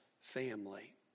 family